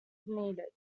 needed